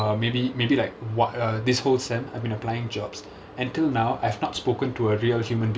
err maybe maybe like what err this whole semester I've been applying jobs until now I have not spoken to a real human being